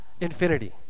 infinity